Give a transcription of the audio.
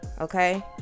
Okay